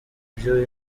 ibyo